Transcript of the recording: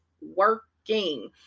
working